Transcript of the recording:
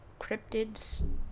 cryptids